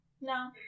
No